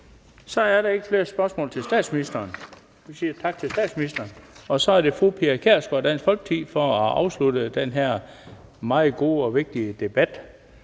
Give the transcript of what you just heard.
Så er der ikke flere spørgsmål til statsministeren. Vi siger tak til statsministeren. Så er det fru Pia Kjærsgaard, Dansk Folkeparti, for at afslutte den her meget gode og vigtige debat,